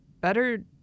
better